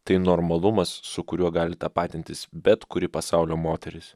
tai normalumas su kuriuo gali tapatintis bet kuri pasaulio moteris